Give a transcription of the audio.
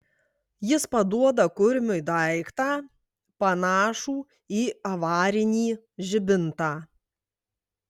jis paduoda kurmiui daiktą panašų į avarinį žibintą